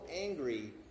angry